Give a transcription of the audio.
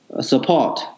support